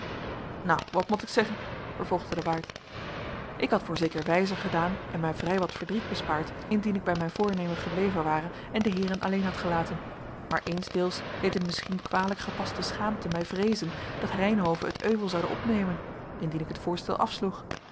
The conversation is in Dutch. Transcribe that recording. nou wat mot ik zeggen vervolgde de waard ik had voorzeker wijzer gedaan en mij vrij wat verdriet bespaard indien ik bij mijn voornemen gebleven ware en de heeren alleen had gelaten maar eensdeels deed een misschien kwalijk gepaste schaamte mij vreezen dat reynhove het euvel zoude opnemen indien ik het voorstel afsloeg